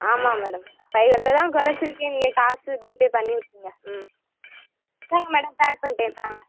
ஆமாம் madam five hundred தான் குறச்சிருக்கேன் நீங்கள் காசு ஜீ பே பண்ணி விட்ருங்க ம் இந்தாங்க மேடம் பேக் பண்ணிவிட்டேன் இந்தாங்க